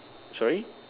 sorry